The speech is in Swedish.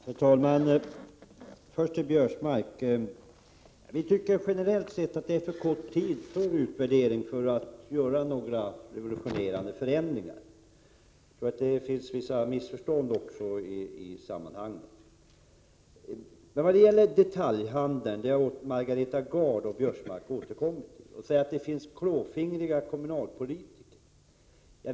Herr talman! Först några ord till herr Biörsmark. Vi tycker generellt sett att PBL varit i kraft för kort tid för att göra en utvärdering av den och för att företa några revultionerande förändringar i den. Det finns också vissa missförstånd i sammanhanget. När det gäller detaljhandeln har Margareta Gard och Karl-Göran Biörsmark återkommit och sagt att det finns klåfingriga kommunalpolitiker.